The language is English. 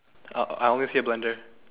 uh I only see a blender